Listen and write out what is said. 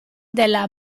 della